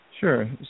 Sure